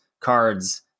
cards